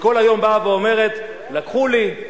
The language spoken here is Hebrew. שכל היום אומרת: לקחו לי,